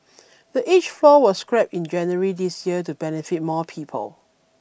the age floor was scrapped in January this year to benefit more people